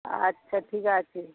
আচ্ছা ঠিক আছে